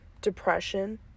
depression